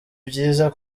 byiza